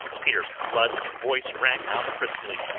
peter blood's voice rang out crisply,